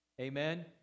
Amen